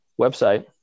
website